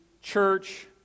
Church